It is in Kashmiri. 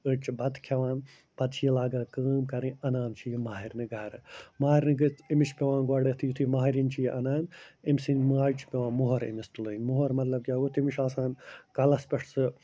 أڑۍ چھِ بَتہٕ کھٮ۪وان پَتہٕ چھِ یہِ لاگان کٲم کَرٕنۍ اَنان چھِ یہِ ماہِرِنہِ گَرٕ ماہِرِنہِ کیُتھ أمِس چھِ پٮ۪وان گۄڈٕنٮ۪تھٕے یُتھٕے مہریٚنۍ چھِ یہِ اَنان أمۍ سٕنٛدۍ ماجہِ چھِ پٮ۪وان مۄہَر أمِس تُلٕنۍ مۄہَر مطلب کیٛاہ گوٚو تٔمِس چھِ آسان کَلَس پٮ۪ٹھ سُہ